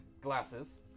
glasses